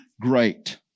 great